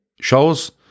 Shows